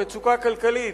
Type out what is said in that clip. מצוקה כלכלית.